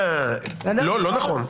לא נכון.